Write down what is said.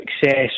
success